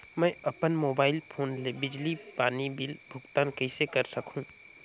मैं अपन mobile phone ले बिजली पानी बिल भुगतान कइसे कर सकहुं?